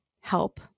help